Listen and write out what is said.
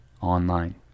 online